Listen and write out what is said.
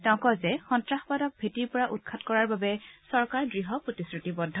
তেওঁ কয় যে সন্তাসবাদক ভেটিৰ পৰা উৎখাত কৰাৰ বাবে চৰকাৰ দৃঢ় প্ৰতিশ্ৰুতিবদ্ধ